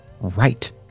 right